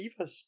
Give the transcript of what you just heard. Divas